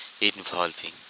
involving